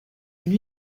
une